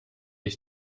ich